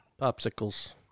Popsicles